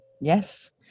Yes